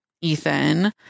ethan